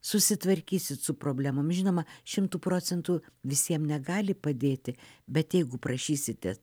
susitvarkysit su problemom žinoma šimtų procentų visiem negali padėti bet jeigu prašysite